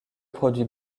produit